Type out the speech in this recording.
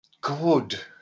good